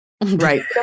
Right